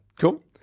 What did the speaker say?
cool